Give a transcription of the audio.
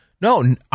No